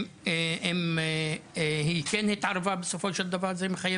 אם היא כן התערבה - לכן חשוב